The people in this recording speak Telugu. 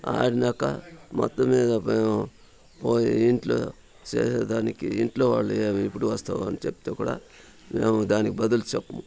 ఆడినాక మొత్తం మీద మేము పోయి ఇంట్లో చేరేడానికి ఇంట్లో వాళ్ళు ఏమి ఎప్పుడు వస్తావు అని చెప్తే కూడా మేము దానికి బదులు చెప్పము